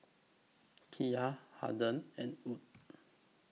Kiya Harden and Wood